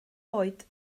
oed